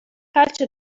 calcio